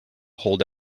hold